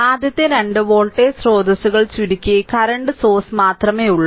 ആദ്യത്തെ 2 വോൾട്ടേജ് സ്രോതസ്സുകൾ ചുരുക്കി കറന്റ് സോഴ്സ് മാത്രമേയുള്ളൂ